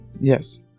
Yes